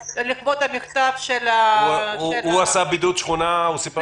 הוא עשה בידוד של שכונה, הוא סיפר לנו קודם.